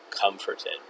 comforted